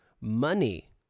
money